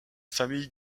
famille